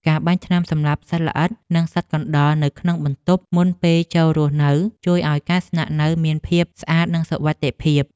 ការបាញ់ថ្នាំសម្លាប់សត្វល្អិតនិងសត្វកណ្តុរនៅក្នុងបន្ទប់មុនពេលចូលរស់នៅជួយឱ្យការស្នាក់នៅមានភាពស្អាតនិងសុវត្ថិភាព។